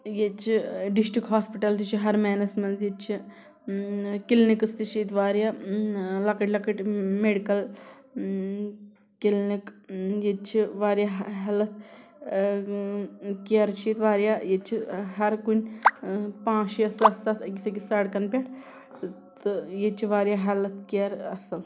ییٚتہِ چھِ district hospital تہِ چھِ ہر مینَس منٛز ییٚتہِ چھِ کِلنِکٕس تہِ چھِ ییٚتہِ واریاہ لَکٕٹۍ لَکٕٹۍ میٚڈِکَل کِلنِک ییٚتہِ چھِ واریاہ ہیٚلٕتھ کِیَر چھِ ییٚتہِ واریاہ ییٚتہِ چھِ ہَرکُنہِ پانٛژھ شیٚے سَتھ سَتھ أکِس أکِس سَڑکَن پٮ۪ٹھ تہٕ ییٚتہِ چھِ واریاہ ہیٚلٕتھ کِیَر اَصٕل